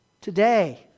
today